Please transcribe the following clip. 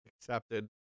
Accepted